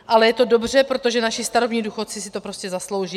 Ale je to dobře, protože naši starobní důchodci si to prostě zaslouží.